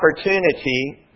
opportunity